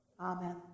amen